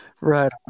right